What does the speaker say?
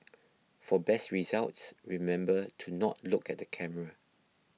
for best results remember to not look at the camera